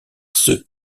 ceux